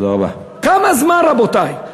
כמה זמן, רבותי?